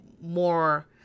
more